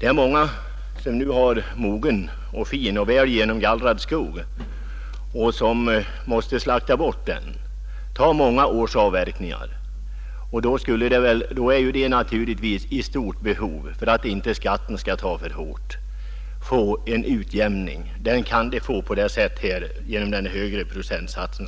Det är många som har mogen och fin och väl genomgallrad skog och som nu måste slakta bort den, ta många års avverkningar, och då är de naturligtvis, för att skatten inte skall ta för hårt, i stort behov av att få en utjämning. Den kan de få genom denna högre procentsats.